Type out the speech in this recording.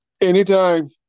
Anytime